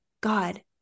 God